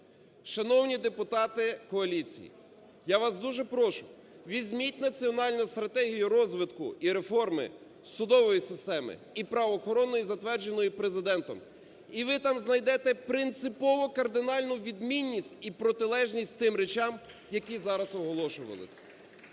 Шановні депутати коаліції, я вас дуже прошу, візьміть Національну стратегію розвитку і реформи судової системи і правоохоронної, затвердженої Президентом, і ви там знайдете принципово кардинальну відмінність і протилежність тим речам, які зараз оголошувались.